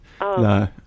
No